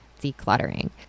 decluttering